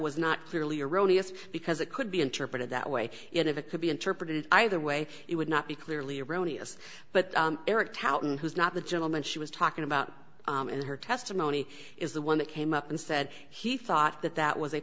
was not clearly erroneous because it could be interpreted that way if it could be interpreted either way it would not be clearly erroneous but eric tautened who's not the gentleman she was talking about in her testimony is the one that came up and said he thought that that was a